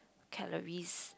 calories